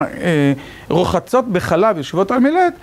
רוחצות בחלב, יושבות על מלט